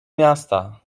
miasta